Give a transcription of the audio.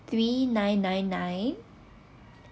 three nine nine nine